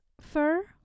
fur